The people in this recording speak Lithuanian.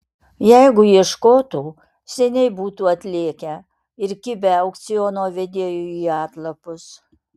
jeigu ieškotų seniai būtų atlėkę ir kibę aukciono vedėjui į atlapus